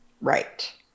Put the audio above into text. Right